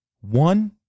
One